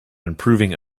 improving